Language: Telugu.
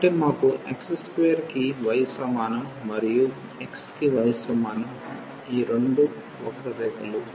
కాబట్టి మాకు x2 కి y సమానం మరియు x కి y సమానం ఈ రెండు వక్ర రేఖలు